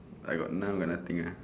I got now got nothing uh